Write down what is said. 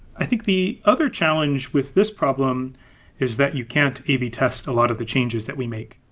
i think the other challenge with this problem is that you can't a b test a lot of the changes that we make.